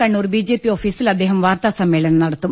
Kannur B J P ഓഫീസിൽ അദ്ദേഹം വാർത്താ സമ്മേളനം നടത്തും